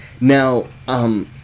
now